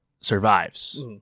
survives